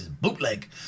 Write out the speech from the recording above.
bootleg